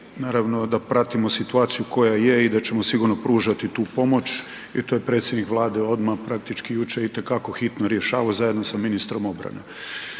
naravno da pratimo situaciju koja je i da ćemo sigurno pružati tu pomoć jer to je predsjednik Vlade odmah praktički jučer itekako hitno rješavao zajedno sa ministrom obrane.